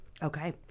Okay